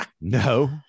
no